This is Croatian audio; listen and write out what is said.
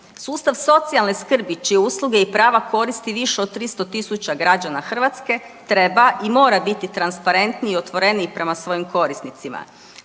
Sustav socijalne skrbi čije usluge i prava koristi više od 300.000 građana Hrvatske treba i mora biti transparentniji i otvoreniji prema svojim korisnicima.